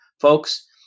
Folks